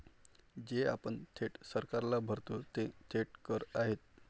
जे आपण थेट सरकारला भरतो ते थेट कर आहेत